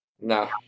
No